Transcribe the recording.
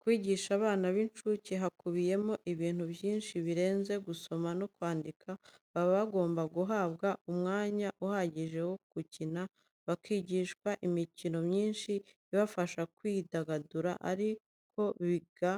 Kwigisha abana by' inshuke hakubiyemo ibintu byinshi birenze gusoma no kwandika, baba bagomba guhabwa umwanya uhagije wo gukina, bakigishwa imikino myinshi ibafasha kwidagadura ari na ko biga